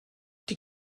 die